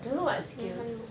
then 还有